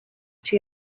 she